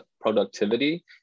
productivity